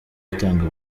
itanga